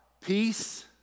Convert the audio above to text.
peace